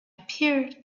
appeared